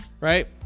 right